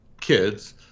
kids